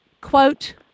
quote